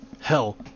hell